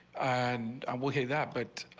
and i will say that but